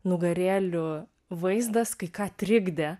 nugarėlių vaizdas kai ką trikdė